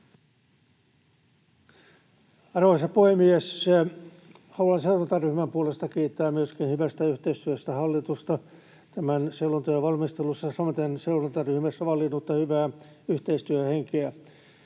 Arvoisa puhemies! Haluan seurantaryhmän puolesta kiittää hallitusta hyvästä yhteistyöstä tämän selonteon valmistelussa, samaten seurantaryhmässä vallinneesta hyvästä yhteistyöhengestä.